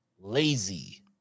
Lazy